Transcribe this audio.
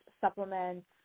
supplements